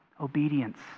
obedience